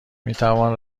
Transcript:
میتوان